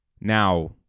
Now